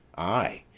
ay,